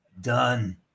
Done